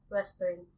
Western